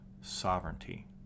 sovereignty